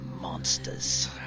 monsters